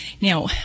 now